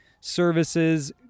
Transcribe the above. services